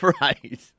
right